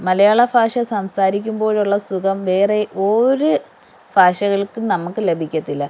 മലയാളഭാഷ സംസാരിക്കുമ്പോഴുള്ള സുഖം വേറെ ഒരു ഭാഷകൾക്കും നമുക്ക് ലഭിക്കത്തില്ല